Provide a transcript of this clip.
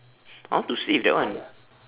I want to save that one